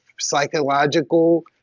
psychological